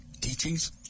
teachings